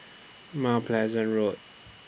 Mount Pleasant Road